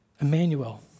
Emmanuel